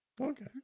Okay